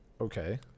Okay